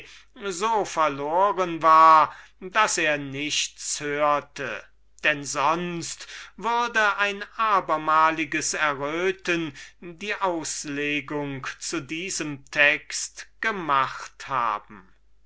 so verloren war daß er nichts hörte denn sonst würde ein abermaliges erröten die auslegung zu diesem text gemacht haben